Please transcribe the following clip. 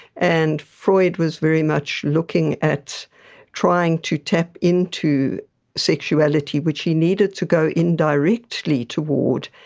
and freud was very much looking at trying to tap into sexuality, which he needed to go indirectly toward,